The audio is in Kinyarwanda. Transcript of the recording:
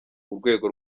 urwego